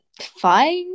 fine